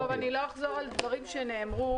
אני לא אחזור על דברים שנאמרו,